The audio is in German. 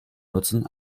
nutzen